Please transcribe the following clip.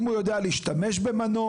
אם הוא יודע להשתמש במנוף,